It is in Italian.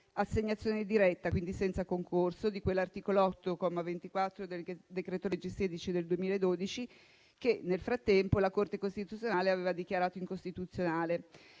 assegnazione diretta (quindi senza concorso), di cui all'articolo 8, comma 24, del decreto-legge n. 16 del 2012, che nel frattempo la Corte costituzionale aveva dichiarato incostituzionale.